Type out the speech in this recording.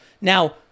Now